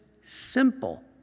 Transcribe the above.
simple